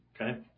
Okay